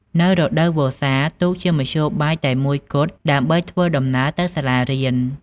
នៅរដូវវស្សា ទូកជាមធ្យោបាយតែមួយគត់ដើម្បីធ្វើដំណើរទៅសាលារៀន។